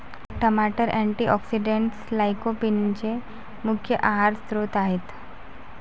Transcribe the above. टमाटर अँटीऑक्सिडेंट्स लाइकोपीनचे मुख्य आहार स्त्रोत आहेत